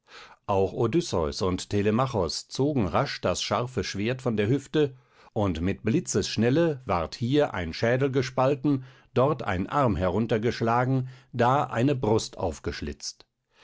auch odysseus und telemachos zogen rasch das scharfe schwert von der hüfte und mit blitzes schnelle ward hier ein schädel gespalten dort ein arm heruntergeschlagen da eine brust aufgeschlitzt